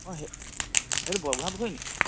অঁ এইটো বৰগোহাঁই পুখুৰী নি